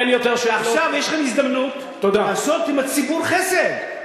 עכשיו יש לכם הזדמנות לעשות עם הציבור חסד,